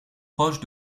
proche